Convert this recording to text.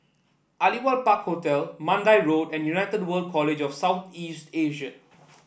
Aliwal Park Hotel Mandai Road and United World College of South East Asia